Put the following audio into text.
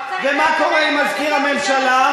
ומה קרה עם מנכ"ל משרד ראש הממשלה?